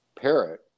parrot